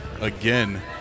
again